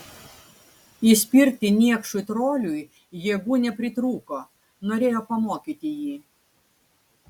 įspirti niekšui troliui jėgų nepritrūko norėjo pamokyti jį